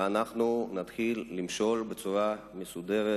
ואנחנו נתחיל למשול בצורה מסודרת,